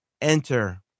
enter